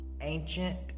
ancient